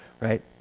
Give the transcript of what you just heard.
Right